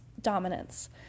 dominance